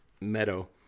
meadow